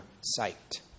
sight